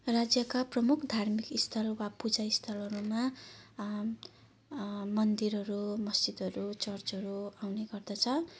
राज्यका प्रमुख धार्मिकस्थल वा पूजास्थलहरूमा मन्दिरहरू मस्जिदहरू चर्चहरू आउने गर्दछ